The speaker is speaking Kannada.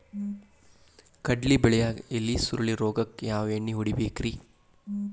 ಕಡ್ಲಿ ಬೆಳಿಯಾಗ ಎಲಿ ಸುರುಳಿ ರೋಗಕ್ಕ ಯಾವ ಎಣ್ಣಿ ಹೊಡಿಬೇಕ್ರೇ?